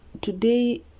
today